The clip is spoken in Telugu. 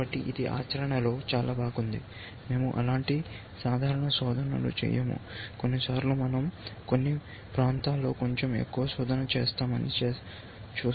కాబట్టి ఇది ఆచరణలో చాలా బాగుంది మేము అలాంటి సాధారణ శోధనలు చేయము కొన్నిసార్లు మనం కొన్ని ప్రాంతాల్లో కొంచెం ఎక్కువ శోధన చేస్తామని చూస్తాము